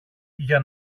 για